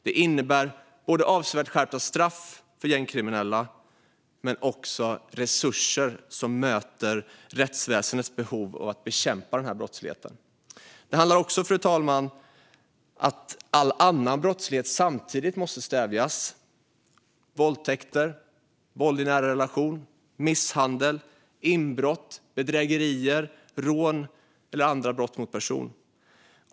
Det innebär både avsevärt skärpta straff för gängkriminella och resurser som möter rättsväsendets behov av att bekämpa brottsligheten. Fru talman! Det här handlar också om att all annan brottslighet samtidigt måste stävjas: våldtäkter, våld i nära relation, misshandel, inbrott, bedrägerier, rån eller andra brott mot person.